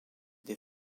des